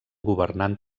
governant